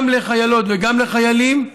גם לחיילות וגם לחיילים,